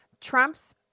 Trump's